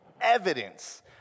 evidence